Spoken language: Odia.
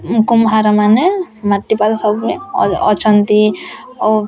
କୁମ୍ଭାରମାନେ ମାଟିପାତ୍ର ସବୁବେଳେ ଅଛନ୍ତି ଆଉ